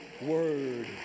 word